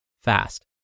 fast